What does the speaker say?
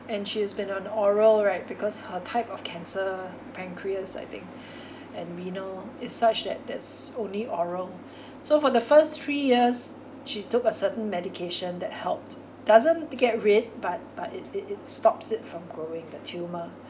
and she has been on oral right because her type of cancer pancreas I think and we know it's such that there's only oral so for the first three years she took a certain medication that helped doesn't get rid but but it it it stops it from growing the tumour